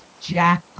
Jack